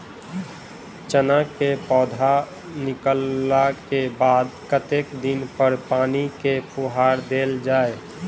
चना केँ पौधा निकलला केँ बाद कत्ते दिन पर पानि केँ फुहार देल जाएँ?